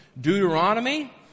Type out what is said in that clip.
Deuteronomy